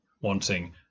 wanting